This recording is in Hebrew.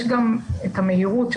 יש גם את המהירות,